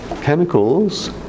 chemicals